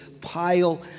pile